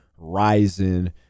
Ryzen